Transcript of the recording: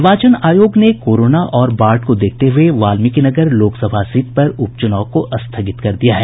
निर्वाचन आयोग ने कोरोना और बाढ़ को देखते हुये वाल्मीकी नगर लोक सभा सीट पर उप चुनाव को स्थगित कर दिया है